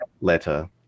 letter